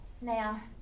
Now